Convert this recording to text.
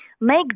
Make